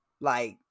like-